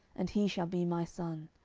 and he shall be my son.